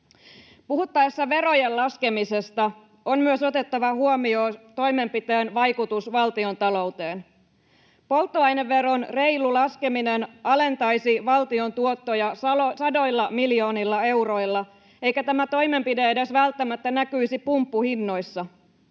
Puhuttaessa verojen laskemisesta on myös otettava huomioon toimenpiteen vaikutus valtiontalouteen. Polttoaineveron reilu laskeminen alentaisi valtion tuottoja sadoilla miljoonilla euroilla, eikä tämä toimenpide edes välttämättä näkyisi pumppuhinnoissa,